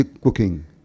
cooking